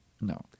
No